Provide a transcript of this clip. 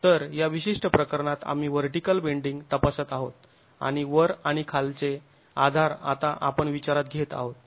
तर या विशिष्ट प्रकरणात आम्ही व्हर्टीकल बेंडींग तपासत आहोत आणि वर आणि खालचे आधार आता आपण विचारात घेत आहोत